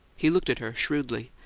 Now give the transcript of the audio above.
he looked at her shrewdly.